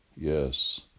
yes